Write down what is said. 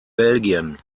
belgien